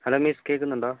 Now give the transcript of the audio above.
hello miss കേൾക്കുന്നുണ്ടോ